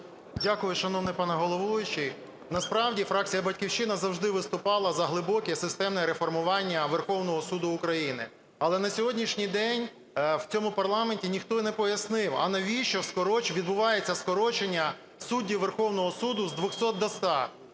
Дякую, шановний пане головуючий. Насправді фракція "Батьківщина" завжди виступала за глибоке і системне реформування Верховного Суду України. Але на сьогоднішній день в цьому парламенті ніхто не пояснив, а навіщо відбувається скорочення суддів Верховного Суду з 200 до 100.